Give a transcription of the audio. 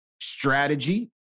strategy